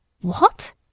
What